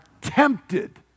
tempted